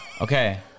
Okay